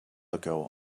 ago